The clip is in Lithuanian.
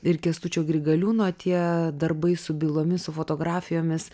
ir kęstučio grigaliūno tie darbai su bylomis su fotografijomis